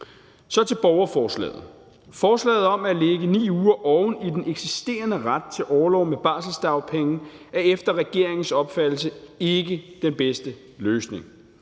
Så til borgerforslaget: Forslaget om at lægge 9 uger oven i den eksisterende ret til orlov med barselsdagpenge er efter regeringens opfattelse ikke den bedste løsning.